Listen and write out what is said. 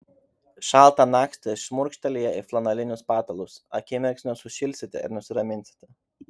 šaltą naktį šmurkštelėję į flanelinius patalus akimirksniu sušilsite ir nusiraminsite